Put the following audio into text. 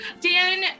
Dan